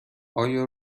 آیا